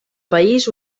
país